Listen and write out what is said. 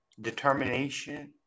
determination